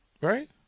Right